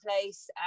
place